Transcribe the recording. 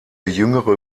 jüngere